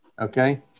Okay